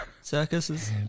Circuses